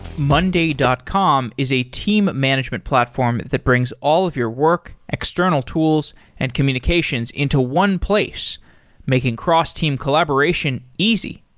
monday dot com is a team management platform that brings all of your work, external tools and communications into one place making cross-team collaboration easy.